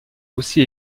aussi